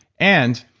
and,